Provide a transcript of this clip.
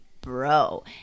Bro